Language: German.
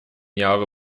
jahre